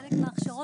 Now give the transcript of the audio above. שלום,